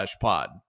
pod